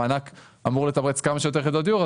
המענק אמור לתמרץ כמה שיותר יחידות דיור,